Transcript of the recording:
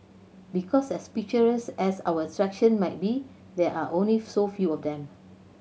because as picturesque as our attraction might be there are only so few of them